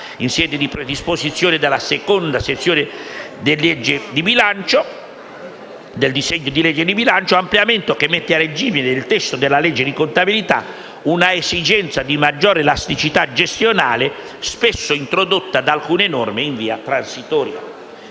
in sede di predisposizione della seconda sezione del disegno di legge di bilancio, ampliamento che mette a regime nel testo della legge di contabilità una esigenza di maggiore elasticità gestionale, spesso introdotta da alcune norme in via transitoria.